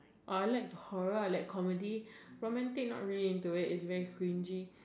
uh I like horror I like comedy romantic not really into it it's very cringy